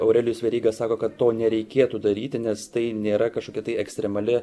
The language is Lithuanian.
aurelijus veryga sako kad to nereikėtų daryti nes tai nėra kažkokia tai ekstremali